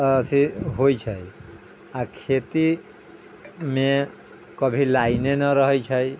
अथी होइ छै आ खेती मे कभी लाइने नहि रहै छै